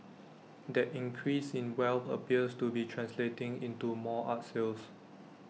that increase in wealth appears to be translating into more art sales